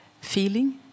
feeling